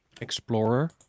explorer